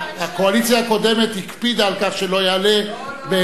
הקואליציה הקודמת הקפידה שלא יעלה, לא, לא.